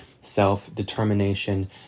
self-determination